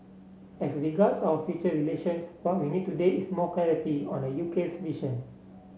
as regards our future relations what we need today is more clarity on the UK's vision